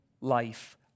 life